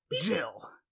Jill